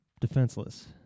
defenseless